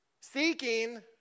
Seeking